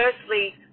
Firstly